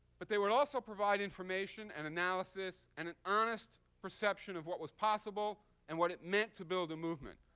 but they would also provide information and analysis and an honest perception of what was possible and what it meant to build a movement,